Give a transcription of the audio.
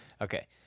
okay